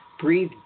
Breathe